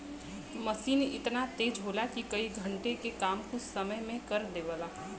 मसीन एतना तेज होला कि कई घण्टे के काम कुछ समय मे कर देवला